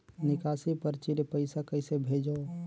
निकासी परची ले पईसा कइसे भेजों?